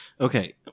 okay